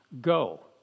Go